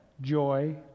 joy